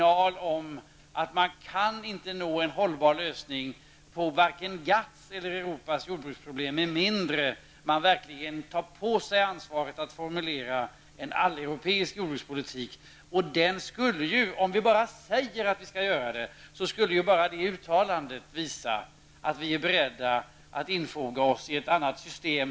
Man kan inte nå en hållbar lösning på vare sig GATTS eller Europas jordbruksproblem med mindre än att man verkligen tar på sig ansvaret att formulera en alleuropeisk jordbrukspolitik. Om vi bara säger att vi vill göra det, visar enbart detta uttalande att vi är beredda att infoga oss i ett annat system.